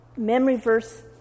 memoryverse